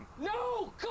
no